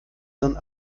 sind